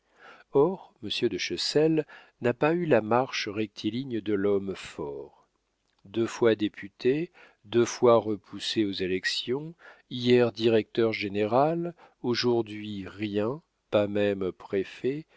monsieur de chessel n'a pas eu la marche rectiligne de l'homme fort deux fois député deux fois repoussé aux élections hier directeur-général aujourd'hui rien pas même préfet